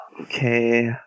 Okay